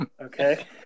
okay